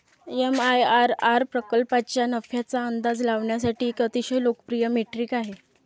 MIRR प्रकल्पाच्या नफ्याचा अंदाज लावण्यासाठी एक अतिशय लोकप्रिय मेट्रिक आहे